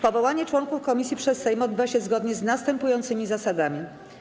Powołanie członków komisji przez Sejm odbywa się zgodnie z następującymi zasadami.